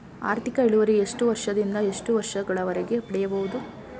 ಆರ್ಥಿಕ ಇಳುವರಿ ಎಷ್ಟು ವರ್ಷ ದಿಂದ ಎಷ್ಟು ವರ್ಷ ಗಳವರೆಗೆ ಪಡೆಯಬಹುದು?